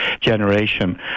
generation